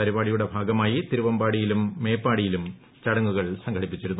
പരിപാടിയുടെ ഭ്യാഗ്മായി തിരുവമ്പാടിയിലും മേപ്പാടിയിലും ചടങ്ങുകൾ സൃം ്ലീട്ടിപ്പിച്ചിരുന്നു